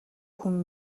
хүн